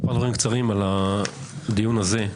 כמה דברים קצרים על הדיון הזה.